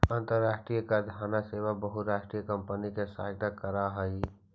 अन्तराष्ट्रिय कराधान सेवा बहुराष्ट्रीय कॉम्पनियों की सहायता करअ हई